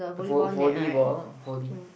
vo~ volleyball volley